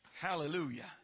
Hallelujah